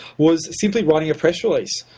was simply writing a press release,